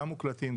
גם מוקלטים,